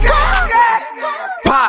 Pop